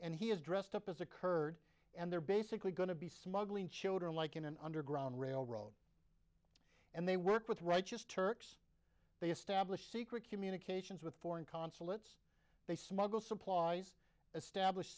and he is dressed up as a kurd and they're basically going to be smuggling children like in an underground railroad and they work with righteous turks they establish secret communications with foreign consulates they smuggle supplies establish